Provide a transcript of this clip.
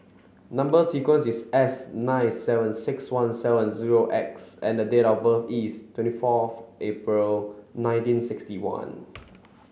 number sequence is S nine seven six one seven zero X and date of birth is twenty four of April nineteen sixty one